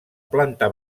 planta